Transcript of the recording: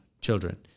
children